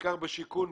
בעיקר בשיכון,